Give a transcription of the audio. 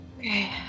Okay